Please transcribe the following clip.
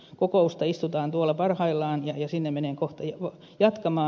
sitä kokousta istutaan tuolla parhaillaan ja sinne menen kohta jatkamaan